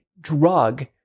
drug